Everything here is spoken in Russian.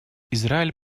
израиль